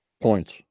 points